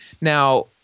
Now